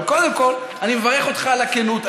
אבל קודם כול אני מברך אותך על הכנות.